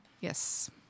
Yes